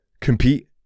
compete